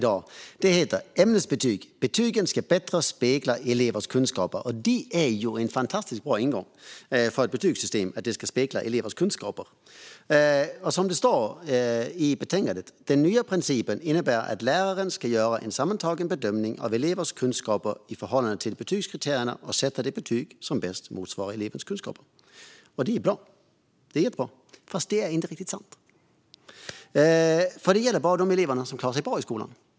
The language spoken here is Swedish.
Det heter Ämnesbetyg - betygen ska bättre spegla elevers kunskaper . Det är ju en fantastiskt bra ingång för ett betygssystem att det ska spegla elevers kunskaper. Som det står i betänkandet innebär den nya principen "att läraren ska göra en sammantagen bedömning av elevens kunskaper i förhållande till betygskriterierna och sätta det betyg som bäst motsvarar elevens kunskaper". Det är bra. Det är jättebra. Fast det är inte riktigt sant. Det gäller nämligen bara de elever som klarar sig bra i skolan.